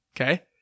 okay